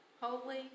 Holy